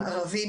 עם ערבים,